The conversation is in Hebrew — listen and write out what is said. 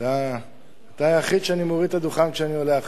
אתה היחיד שאני מוריד את הדוכן כשאני עולה אחריו.